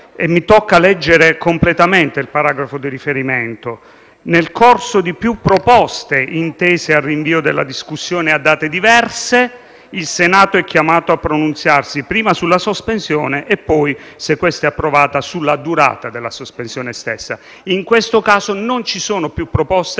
e mi tocca leggere completamente il paragrafo di riferimento: «Nel concorso di più proposte intese al rinvio della discussione a date diverse, il Senato è chiamato a pronunziarsi prima sulla sospensione e poi, se questa è approvata, sulla durata della sospensione stessa». In questo caso non ci sono più proposte,